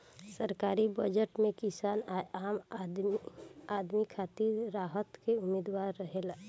सरकारी बजट में किसान आ आम आदमी खातिर राहत के उम्मीद रहेला